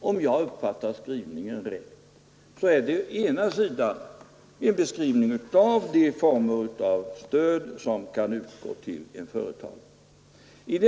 Om jag uppfattar skrivningen där rätt är det å ena sidan en beskrivning av de former av stöd som kan utgå till en företagare.